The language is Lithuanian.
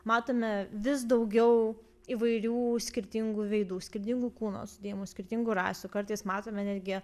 matome vis daugiau įvairių skirtingų veidų skirtingų kūno sudėjimo skirtingų rasių kartais matome netgi